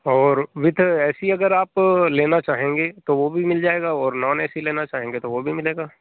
और मित्र A C अगर आप लेना चाहेंगे तो वह भी मिल जाएगा और नॉन ए सी लेना चाहेंगे तो वह भी मिलेगा